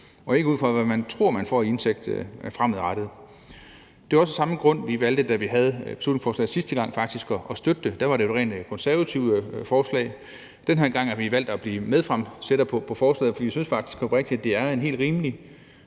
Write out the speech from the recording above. og ikke ud fra, hvad man tror man får i indtægt fremadrettet. Det er også af samme grund, vi valgte, da vi havde beslutningsforslaget sidste gang, faktisk at støtte det. Der var det et rent konservativt forslag. Den her gang har vi valgt at være medforslagsstillere på forslaget, for vi synes faktisk oprigtigt, det er